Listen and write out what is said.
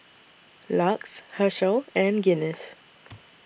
LUX Herschel and Guinness